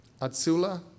Atsula